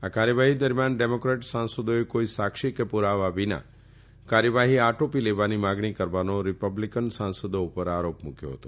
આ કાર્યવાહી દરમિયાન ડેમોક્રેટ સાંસદોએ કોઇ સાક્ષી કે પુરાવા વિના કાર્યવાફી આટોપી લેવાની માંગણી કરવાનો રીપબ્લીકન સાંસદો ઉપર આરોપ મુકયો હતો